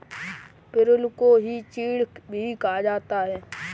पिरुल को ही चीड़ भी कहा जाता है